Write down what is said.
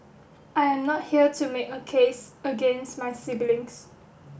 I am not here to make a case against my siblings